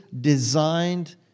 designed